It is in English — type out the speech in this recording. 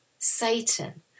Satan